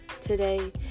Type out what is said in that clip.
today